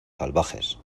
salvajes